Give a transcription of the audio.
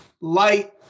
light